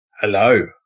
Hello